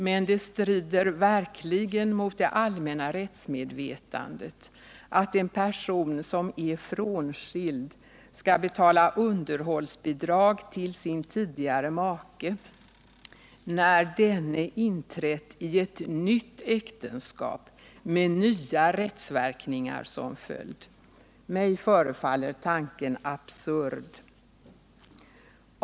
Men det strider verkligen mot det allmänna rättsmedvetandet att en person som är frånskild skall betala underhållsbidrag till sin tidigare make när denne inträtt i ett nytt äktenskap med nya rättsverkningar som följd. Mig förefaller tanken absurd.